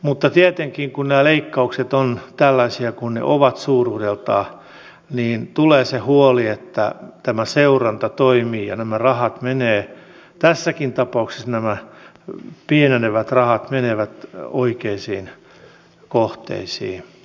mutta tietenkin kun nämä leikkaukset ovat tällaisia kuin ne ovat suuruudeltaan tulee se huoli että tämä seuranta toimii ja tässäkin tapauksessa nämä pienenevät rahat menevät oikeisiin kohteisiin